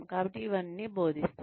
కాబట్టి ఇవన్నీ బోధిస్తారు